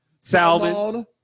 salmon